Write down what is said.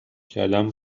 کردم